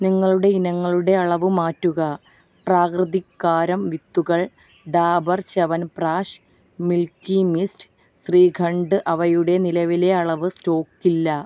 നിങ്ങളുടെ ഇനങ്ങളുടെ അളവ് മാറ്റുക പ്രാകൃതിക് കാരം വിത്തുകൾ ഡാബർ ച്യവൻപ്രാഷ് മിൽക്കി മിസ്റ്റ് ശ്രീഖണ്ഡ് അവയുടെ നിലവിലെ അളവ് സ്റ്റോക്ക് ഇല്ല